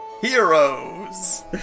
Heroes